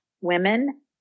women